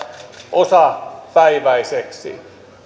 osapäiväisiksi